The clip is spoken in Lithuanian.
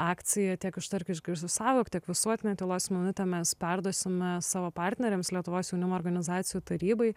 akcija tiek ištark išgirsk išsaugok tiek visuotine tylos minute mes perduosime savo partneriams lietuvos jaunimo organizacijų tarybai